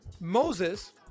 Moses